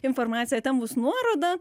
informacija ten bus nuoroda